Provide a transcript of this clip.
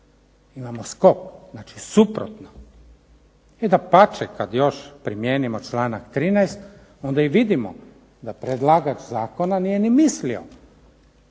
Imamo skok, znači suprotno. I dapače, kad još primijenimo članak 13. onda i vidimo da predlagač zakona nije ni mislio